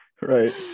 right